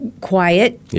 quiet